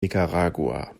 nicaragua